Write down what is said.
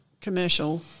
commercial